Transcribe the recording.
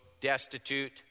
destitute